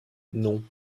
non